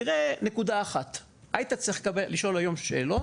תראה נקודה אחת היית צריך לשאול היום שאלות,